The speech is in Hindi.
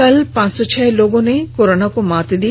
कल पांच सौ छह लोगों ने कोरोना को मात दी